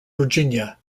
virginia